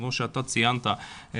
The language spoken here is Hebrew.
כפי שציינת,